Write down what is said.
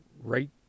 right